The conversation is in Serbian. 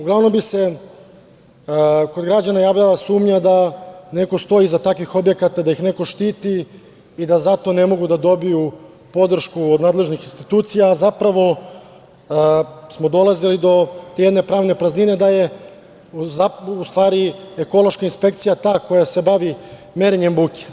Uglavnom bi se kod građana javljala sumnja da neko stoji iza takvih objekata, da ih neko štiti i da zato ne mogu da dobiju podršku od nadležnih institucija, a zapravo, smo dolazili do jedne pravne praznine da je u stvari ekološka inspekcija ta koja se bavi merenjem buke.